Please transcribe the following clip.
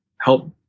help